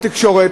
אין שר תקשורת.